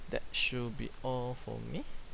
that should be all for me